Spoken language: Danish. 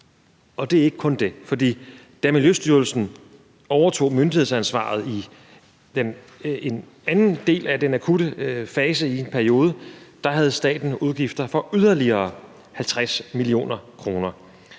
Og det er ikke kun det, for da Miljøstyrelsen i en periode overtog myndighedsansvaret i den anden del af den akutte fase, havde staten udgifter på yderligere 50 mio. kr.